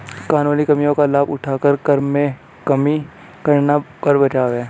कानूनी कमियों का लाभ उठाकर कर में कमी करना कर बचाव है